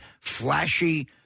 flashy